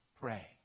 pray